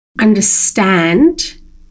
understand